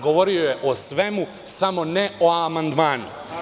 Govorio je o svemu, samo ne o amandmanu.